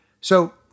So-